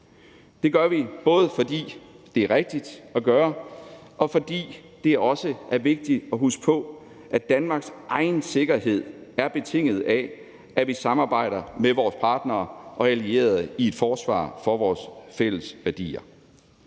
Det gør vi, både fordi det er rigtigt at gøre, og fordi det også er vigtigt at huske på, at Danmarks egen sikkerhed er betinget af, at vi samarbejder med vores partnere og allierede i et forsvar for vores fælles værdier.